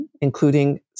including